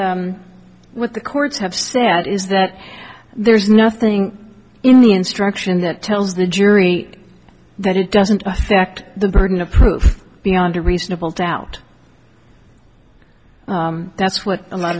what the courts have said is that there's nothing in the instruction that tells the jury that it doesn't affect the burden of proof beyond a reasonable doubt that's what a lot